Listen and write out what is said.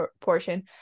portion